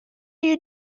you